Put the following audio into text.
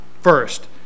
first